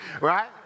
Right